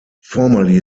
formerly